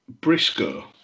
Briscoe